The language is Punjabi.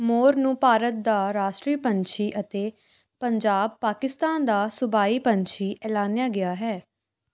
ਮੋਰ ਨੂੰ ਭਾਰਤ ਦਾ ਰਾਸ਼ਟਰੀ ਪੰਛੀ ਅਤੇ ਪੰਜਾਬ ਪਾਕਿਸਤਾਨ ਦਾ ਸੂਬਾਈ ਪੰਛੀ ਐਲਾਨਿਆ ਗਿਆ ਹੈ